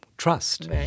trust